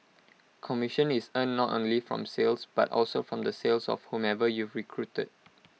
commission is earned not only from sales but also from the sales of whomever you've recruited